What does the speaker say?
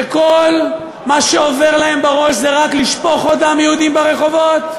שכל מה שעובר להם בראש זה רק לשפוך עוד דם יהודי ברחובות?